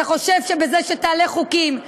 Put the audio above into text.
אתה חושב שבזה שתעלה חוקים,